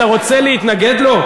אתה רוצה להתנגד לו?